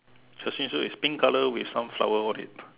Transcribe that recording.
the same so it's pink colour with some flower what in it